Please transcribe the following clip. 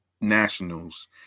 Nationals